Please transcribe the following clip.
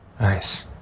Nice